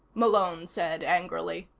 malone said angrily.